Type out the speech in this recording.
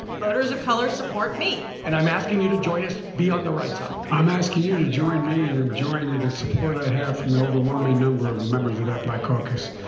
voters of color support me and i'm asking you to join us. be on the right side i'm asking you to join me and join in the support i have from the overwhelming number of the members of that black caucus.